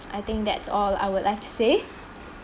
I think that's all I would like to say